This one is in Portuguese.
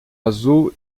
azul